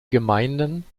gemeinden